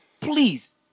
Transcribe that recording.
please